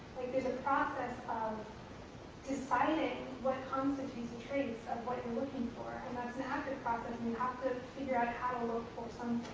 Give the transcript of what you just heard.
there's a process of deciding what constitutes a trace of what you're looking for, and that's an active process, and you have to figure out how to look for something.